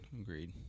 agreed